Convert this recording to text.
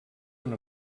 una